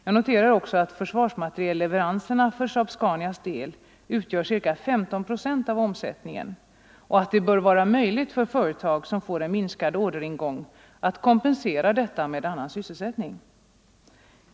Jag noterar också att försvarsmaterielleveranserna för SAAB Scanias del utgör ca 15 procent av omsättningen och att det bör vara möjligt för företag som får en minskad orderingång att kompensera detta med annan sysselsättning.